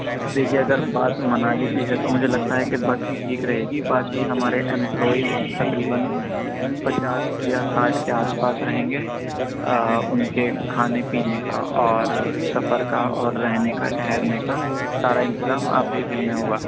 دیکھیے اگر بات منالی کی ہے تو مجھے لگتا ہے کہ بس ہی ٹھیک رہے گی باکی ہمارے ایمپلائز تقریباً پچاس یا ساٹھ کے آس پاس رہیں گے ان کے کھانے پینے کا اور سفر کا اور رہنے کا ٹھہرنے کا سارا انتظام آپ کے ذمے ہوگا